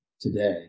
today